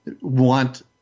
want